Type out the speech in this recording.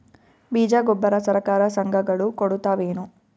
ಬೀಜ ಗೊಬ್ಬರ ಸರಕಾರ, ಸಂಘ ಗಳು ಕೊಡುತಾವೇನು?